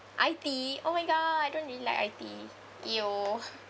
iTea oh my god I don't really like iTea !eww!